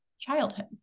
childhood